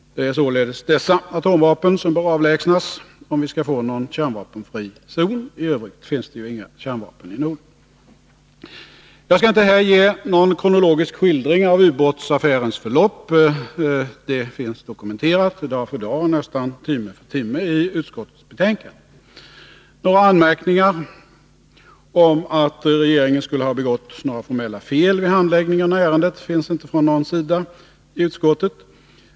Det är alltså dessa atomvapen som bör avlägsnas om vi skall få någon kärnvapenfri zon. I övrigt finns det ju inga kärnvapen i Norden. Jag skall inte här ge någon kronologisk skildring av ubåtsaffärens förlopp. Det finns dokumenterat dag för dag och nästan timme för timme i utskottets betänkande. Några anmärkningar om att regeringen skulle ha begått formella fel vid handläggningen av ärendet finns inte från någon sida i utskottet.